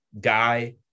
guy